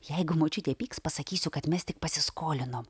jeigu močiutė pyks pasakysiu kad mes tik pasiskolinom